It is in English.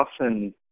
often